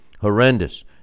Horrendous